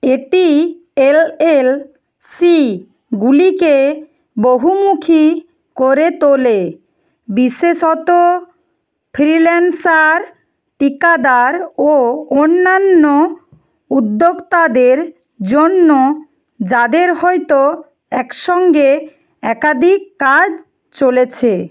এটি এলএলসিগুলিকে বহুমুখী করে তোলে বিশেষত ফ্রিল্যান্সার ঠিকাদার ও অন্যান্য উদ্যোক্তাদের জন্য যাদের হয়তো একসঙ্গে একাধিক কাজ চলেছে